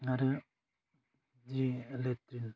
आरो जि लेट्रिन